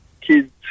kids